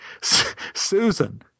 Susan